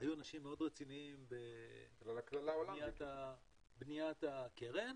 שהיו אנשים מאוד רציניים בבניית הקרן.